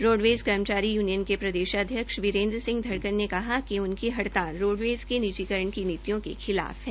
roadways कर्मचारी union के प्रदेशाध्यक्ष वीरेन्द्र सिंह धनखड़ ने कहा कि उनकी हड़ताल रोडवेज़ के निजीकरण के खिलाफ है